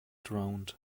drowned